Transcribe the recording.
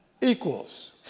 equals